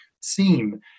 seem